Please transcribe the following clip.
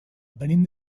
venim